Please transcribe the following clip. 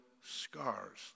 scars